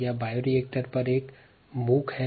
यह बायोरिएक्टर्स पर एक मूक है